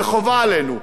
וחובה עלינו,